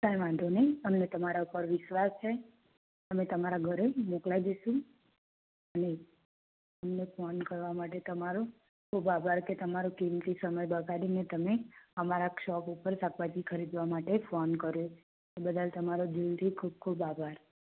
કાઇ વાંધો નઇ તમે તમારા ઉપર વિશ્વાસ છે અમે તમાર ઘરે મોકલાઈ દઇશું અને અને અમને ફોન કરવા માટે તમારો ખૂબ ખૂબ આભાર તમે તમારો કીમતી સમય બગાડીને તમે અમારા શોપ ઉપર શાકભાજી ખરીદવા માટે ફોન કર્યો બદલ તમારો દિલથી ખૂબ ખૂબ આભાર